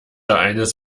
eines